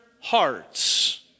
hearts